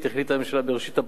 החליטה הממשלה בראשית אפריל